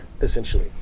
essentially